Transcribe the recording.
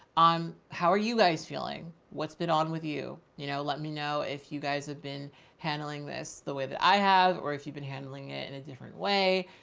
um, how are you guys feeling what's been on with you? you know, let me know if you guys have been handling this the way that i have, or if you've been handling it in a different way,